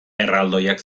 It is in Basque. erraldoiak